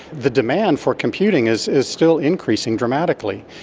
the demand for computing is is still increasing dramatically.